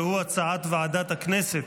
והוא הצעת ועדת הכנסת